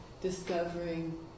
discovering